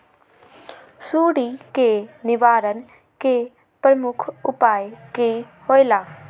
सुडी के निवारण के प्रमुख उपाय कि होइला?